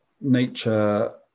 nature